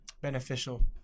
beneficial